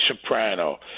Soprano